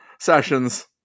Sessions